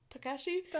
Takashi